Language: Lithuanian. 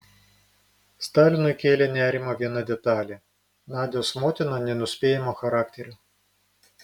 stalinui kėlė nerimą viena detalė nadios motina nenuspėjamo charakterio